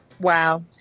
Wow